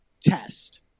test